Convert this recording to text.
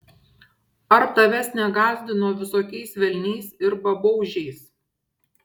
ar tavęs negąsdino visokiais velniais ir babaužiais